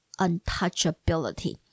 untouchability